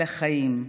אל החיים,